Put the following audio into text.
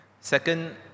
Second